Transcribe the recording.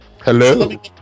Hello